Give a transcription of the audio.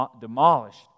demolished